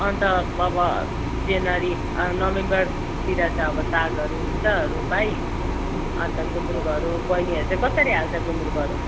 अन्त अब जनवरी नोभेम्बरतिर त अब सागहरू हुन्छ रोपाइ अन्त गुन्द्रुकहरू बहिनीहरू चाहिँ कसरी हाल्छ गुन्द्रुकहरू